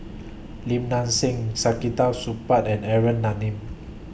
Lim Nang Seng Supaat and Aaron